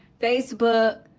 Facebook